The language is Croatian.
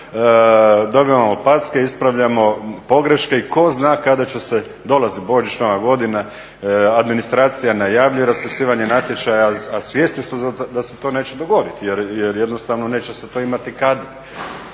dobivamo packe, ispravljamo pogreške i tko zna kada će se, dolazi Božić, Nova godina, administracija najavljuje raspisivanje natječaja, a svjesni smo da se to neće dogoditi jer jednostavno neće se to imati kad.